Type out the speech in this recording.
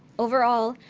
overall,